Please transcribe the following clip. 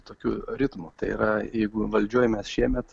tokiu ritmu tai yra jeigu valdžioj mes šiemet